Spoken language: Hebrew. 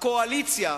קואליציה